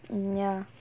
ya